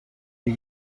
iyi